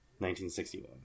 1961